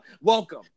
Welcome